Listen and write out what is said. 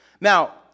Now